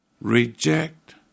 reject